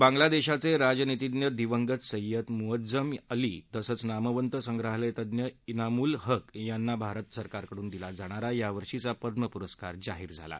बांगलादेशाचे राजनितीज्ञ दिवंगत सय्यद म्अज्ज्ञम अली तसंच नामवंत संग्रहालयतज्ञ इनामुल हक्र यांना भारत सरकारकडून दिला जाणारा यावर्षीचा पद्म पुरस्कार जाहीर झाला आहे